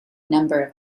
number